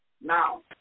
Now